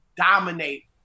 dominate